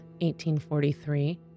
1843